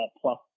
plus